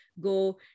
go